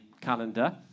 calendar